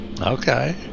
okay